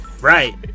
Right